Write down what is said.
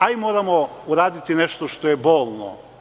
Ali, mi moramo uraditi i nešto što je bolno.